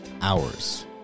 Hours